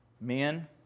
Men